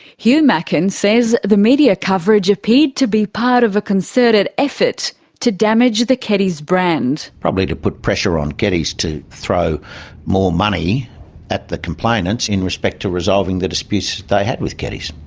hugh macken says the media coverage appeared to be part of a concerted effort to damage the keddies brand. probably to put pressure on keddies to throw more money at the complainants in respect to resolving the disputes they had with keddies.